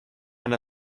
and